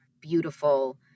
beautiful